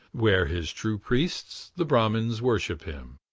where his true priests, the brahmins, worship him.